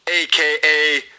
aka